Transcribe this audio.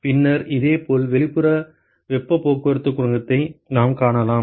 பின்னர் இதேபோல் வெளிப்புற வெப்ப போக்குவரத்து குணகத்தை நாம் காணலாம்